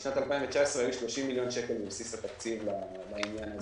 בשנת 2019 היו 30 מיליון שקל בבסיס התקציב לעניין הזה.